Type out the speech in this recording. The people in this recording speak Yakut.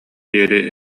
диэри